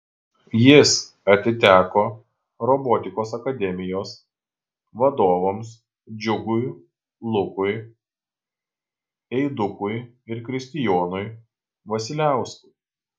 jis atiteko robotikos akademijos vadovams džiugui lukui eidukui ir kristijonui vasiliauskui